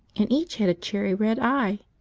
and each had a cherry-red eye.